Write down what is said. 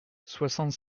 soixante